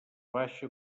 baixa